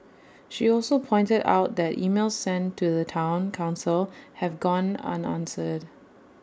she also pointed out that emails sent to the Town Council have gone unanswered